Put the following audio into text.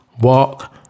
Walk